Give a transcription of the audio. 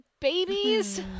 babies